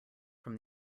from